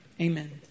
Amen